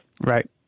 Right